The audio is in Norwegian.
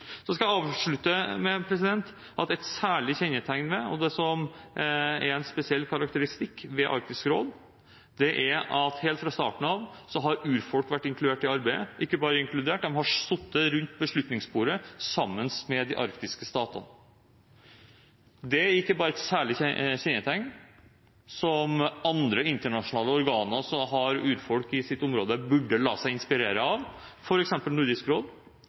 skal avslutte med at et særlig kjennetegn og det som er en spesiell karakteristikk ved Arktisk råd, er at helt fra starten av har urfolk vært inkludert i arbeidet – ikke bare inkludert, de har sittet rundt beslutningsbordet sammen med de arktiske statene. Det er ikke bare et særlig kjennetegn som andre internasjonale organer som har urfolk i sitt område, burde la seg inspirere av, f.eks. Nordisk råd,